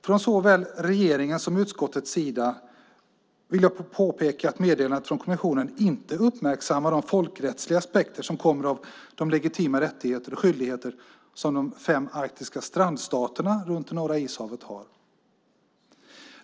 Från såväl regeringens som utskottets sida påpekas att meddelandet från kommissionen inte uppmärksammar de folkrättsliga aspekter som kommer av de legitima rättigheter och skyldigheter som de fem arktiska strandstaterna runt Norra ishavet har.